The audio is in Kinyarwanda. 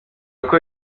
uko